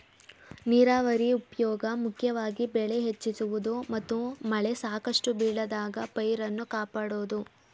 ನೀರಾವರಿ ಉಪ್ಯೋಗ ಮುಖ್ಯವಾಗಿ ಬೆಳೆ ಹೆಚ್ಚಿಸುವುದು ಮತ್ತು ಮಳೆ ಸಾಕಷ್ಟು ಬೀಳದಾಗ ಪೈರನ್ನು ಕಾಪಾಡೋದು